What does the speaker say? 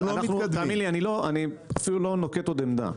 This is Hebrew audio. אני אפילו לא נוקט עוד עמדה,